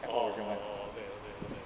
orh orh orh 对 hor 对 hor